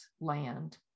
land